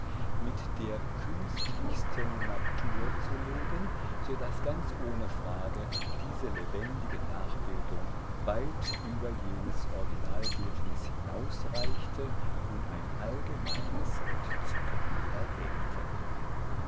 mit der künstlichsten natur zu legen so daß ganz ohne frage diese lebendige nachbildung weit über jenes originalbildnis hinausreichte und ein allgemeines entzücken erregte